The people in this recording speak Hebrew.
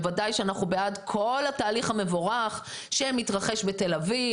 בוודאי שאנחנו בעד כל התהליך המבורך שמתרחש בתל אביב,